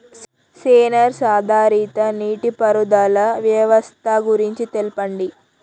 Censor ఆధారిత నీటిపారుదల వ్యవస్థ గురించి తెల్పండి?